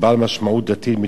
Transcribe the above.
אסטרטגית ולאומית.